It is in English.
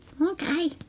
Okay